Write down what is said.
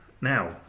Now